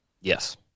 yes